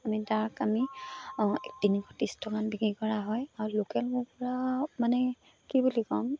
আমি তাক আমি তিনিশ ত্ৰিছ টকাত বিক্ৰী কৰা হয় আৰু লোকেল কুকুৰাও মানে কি বুলি ক'ম